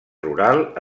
rural